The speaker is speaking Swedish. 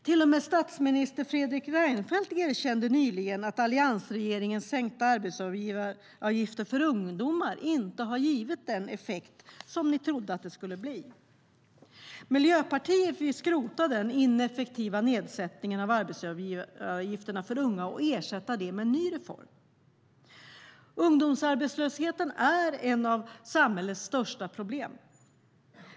Till och med statsminister Fredrik Reinfeldt erkände nyligen att alliansregeringens sänkta arbetsgivaravgifter för ungdomar inte har givit den effekt som ni trodde att den skulle ge. Miljöpartiet vill skrota den ineffektiva nedsättningen av arbetsgivaravgifterna för unga och ersätta den med en ny reform. Ungdomsarbetslösheten är ett av samhällets största problem.